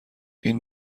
این